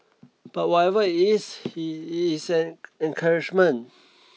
but whatever it's he it's an encouragement